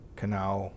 canal